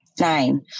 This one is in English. Nine